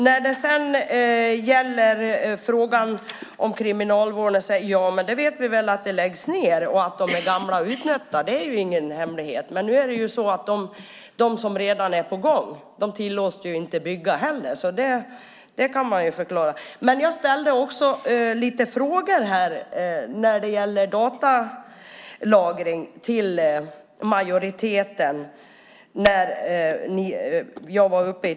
När det gäller kriminalvården vet vi att det läggs ned anstalter, att de är gamla och utnötta. Det är ingen hemlighet. Nu handlar det om dem som redan är på gång men inte får byggas. Det borde man kunna förklara. Jag ställde en del frågor till majoriteten om datalagring när jag höll mitt huvudanförande.